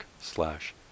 slash